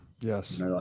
Yes